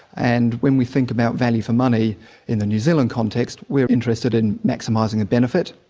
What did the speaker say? and when we think about value for money in the new zealand context we're interested in maximising a benefit,